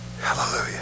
Hallelujah